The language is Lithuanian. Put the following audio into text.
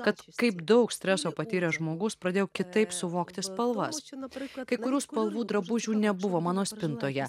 kad kaip daug streso patyręs žmogus pradėjau kitaip suvokti spalvas kai kurių spalvų drabužių nebuvo mano spintoje